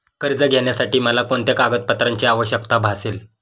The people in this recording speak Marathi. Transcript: कर्ज घेण्यासाठी मला कोणत्या कागदपत्रांची आवश्यकता भासेल?